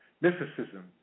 mysticism